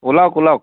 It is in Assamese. ওলাওক ওলাওক